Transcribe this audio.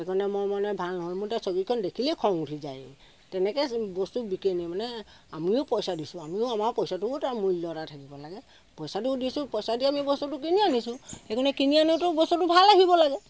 সেইকাৰণে মোৰ মনে ভাল নহয় মোৰ এতিয়া চকীখন দেখিলেই খং উঠি যায় তেনেকৈ বস্তু বিকে নি মানে আমিও পইচা দিছোঁ আমিও আমাৰ পইচাটোও এটা মূল্য এটা থাকিব লাগে পইচাটো দিছোঁ পইচা দি আমি বস্তুটো কিনি আনিছো সেইকাৰণে কিনি আনোতেও বস্তুটো ভাল আহিব লাগে